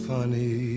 Funny